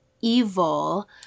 evil